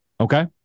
Okay